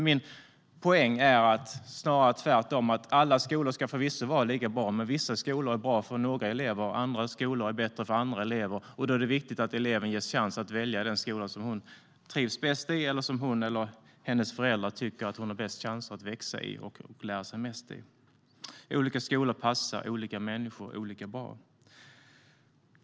Min poäng är att det snarare är tvärtom, det vill säga att alla skolor ska vara lika bra men att vissa skolor är bra för några elever medan andra skolor är bättre för andra elever. Det är därför viktigt att eleven ges chans att välja den skola som hon trivs bäst i eller som hon eller hennes föräldrar tycker att hon har bäst chanser att växa och lära sig mest i. Olika skolor passar olika människor olika bra.